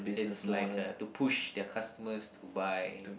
it's like uh to push their customers to buy